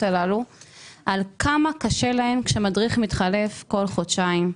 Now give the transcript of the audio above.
הללו כמה קשה להם כשמדריך מתחלף בכל חודשיים.